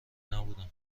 نبودم